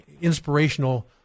inspirational